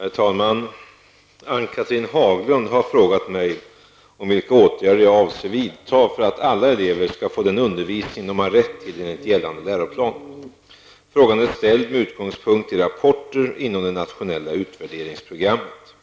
Herr talman! Ann-Cathrine Haglund har frågat mig om vilka åtgärder jag avser vidta för att alla elever skall få den undervisning de har rätt till enligt gällande läroplan. Frågan är ställd med utgångspunkt i rapporter inom det internationella utvärderingsprogrammet.